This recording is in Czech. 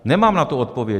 Nemám na to odpověď.